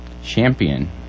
Champion